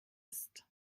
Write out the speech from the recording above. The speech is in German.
ist